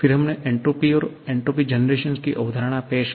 फिर हमने एन्ट्रापी और एन्ट्रापी जनरेशन की अवधारणा पेश की